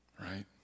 Right